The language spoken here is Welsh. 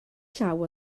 llaw